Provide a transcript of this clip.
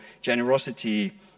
generosity